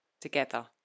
together